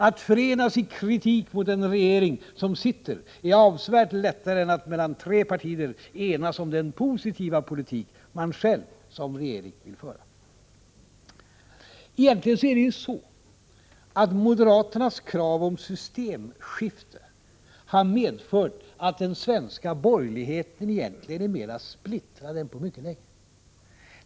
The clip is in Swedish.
Att förenas i kritik mot en regering som sitter är avsevärt lättare än att mellan tre partier enas om den positiva politik man själv som regering vill föra.” Egentligen är det ju så att moderaternas krav på systemskifte har medfört att den svenska borgerligheten är mera splittrad än på mycket länge.